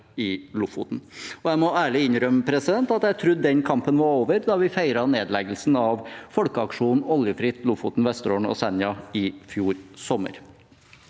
Jeg må ærlig innrømme at jeg trodde den kampen var over da vi i fjor sommer feiret nedleggelsen av Folkeaksjonen oljefritt Lofoten, Vesterålen og Senja. Vi har også